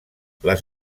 les